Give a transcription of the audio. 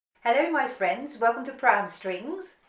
hello my friends, welcome to pro am strings.